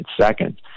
seconds